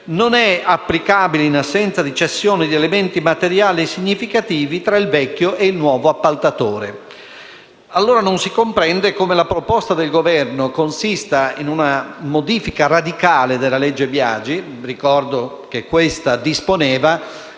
non è applicabile in assenza di cessione di elementi materiali significativi tra il vecchio e il nuovo appaltatore. Non si comprende allora come la proposta del Governo consista in una modifica radicale della legge Biagi, che ricordo disponeva